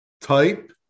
type